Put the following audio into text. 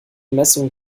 messung